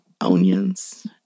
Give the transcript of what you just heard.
Onions